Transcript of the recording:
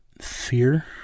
fear